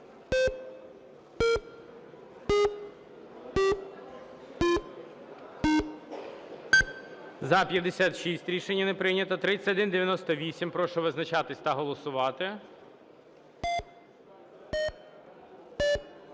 За-56 Рішення не прийнято. 3198. Прошу визначатися та голосувати.